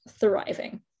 thriving